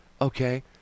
okay